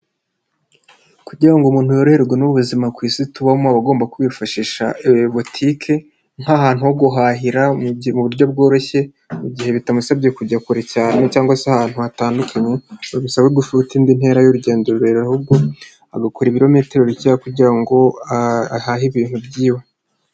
Kugira ngo umuntu yoroherwe n'ubuzima ku isi tubamo agomba kwifashisha botike nk'ahantu ho guhahira mu buryo bworoshye mu gihe bitamusabye kujya kure cyane cyangwa se ahantu hatandukanye ba abisaba gusurata indi ntera y'urugendo rurera ahubwo agakora ibirometero bike kugira ngo ahahe ibintu byiwe.